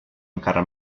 encara